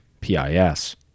PIS